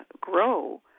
grow